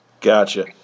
gotcha